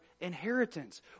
inheritance